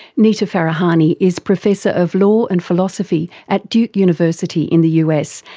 nita farahany is professor of law and philosophy at duke university in the us,